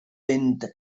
fynd